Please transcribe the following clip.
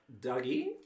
Dougie